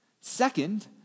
Second